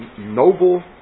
noble